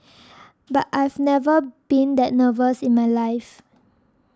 but I've never been that nervous in my life